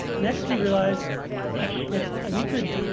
next, we realized if we could,